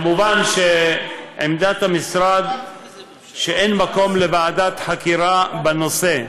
מובן שעמדת המשרד היא שאין מקום לוועדת חקירה בנושא.